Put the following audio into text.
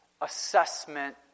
assessment